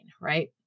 right